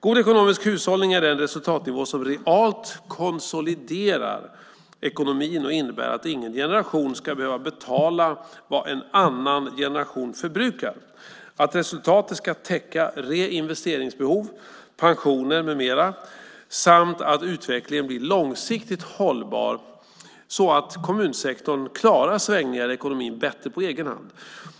God ekonomisk hushållning är den resultatnivå som realt konsoliderar ekonomin och innebär att ingen generation ska behöva betala vad en annan generation förbrukar, att resultatet ska täcka reinvesteringsbehov, pensioner med mera samt att utvecklingen blir långsiktigt hållbar så att kommunsektorn klarar svängningar i ekonomin bättre på egen hand.